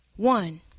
One